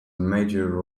major